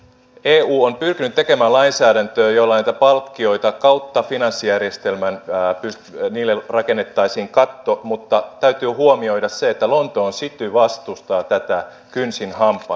eu on pyrkinyt tekemään lainsäädäntöä jolla näille palkkioille kautta finanssijärjestelmän rakennettaisiin katto mutta täytyy huomioida se että lontoon city vastustaa tätä kynsin hampain